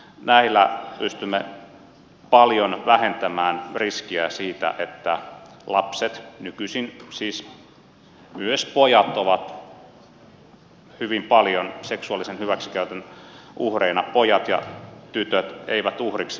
näillä pystymme paljon vähentämään sen riskiä että lapset eli pojat ja tytöt nykyisin siis myös pojat ovat hyvin paljon seksuaalisen hyväksikäytön uhreina joutuvat uhreiksi